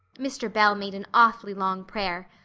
mr. bell made an awfully long prayer.